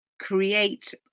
create